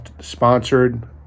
sponsored